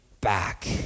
back